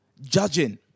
Judging